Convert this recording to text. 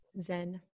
Zen